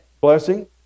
blessing